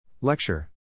Lecture